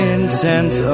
Incense